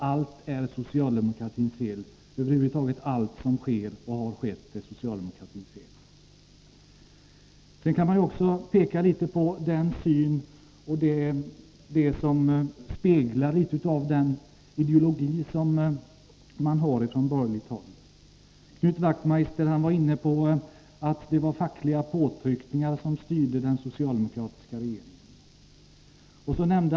Allting som sker och som har skett är socialdemokratins fel. Sedan några ord om den borgerliga synen och ideologin. Knut Wachtmeister menade att det var fackliga påtryckningar som styrde den socialdemokratiska regeringen.